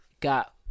got